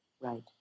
right